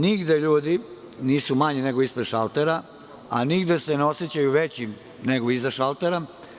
Nigde ljudi nisu manji nego ispred šaltera, a nigde se ne osećaju većim nego iza šaltera.